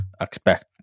expect